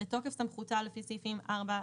בתוקף סמכותה לפי סעיפים 4,